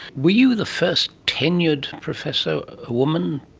were you the first tenured professor, a woman,